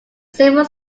several